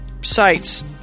sites